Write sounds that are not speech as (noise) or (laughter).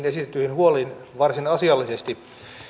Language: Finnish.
(unintelligible) esitettyihin huoliin varsin asiallisesti